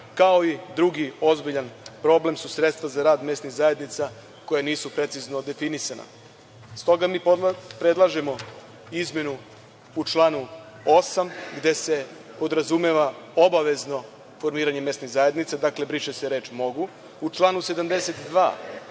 kao i drugi ozbiljan problem su sredstva za rad mesnih zajednica koja nisu precizno definisana. Zbog toga mi predlažemo izmenu u članu 8. gde se podrazumeva obavezno formiranje mesnih zajednica. Dakle, briše se reč „mogu“. U članu 72.